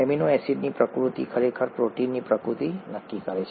amino એસિડની પ્રકૃતિ ખરેખર પ્રોટીનની પ્રકૃતિ નક્કી કરે છે